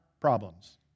problems